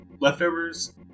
leftovers